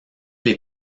les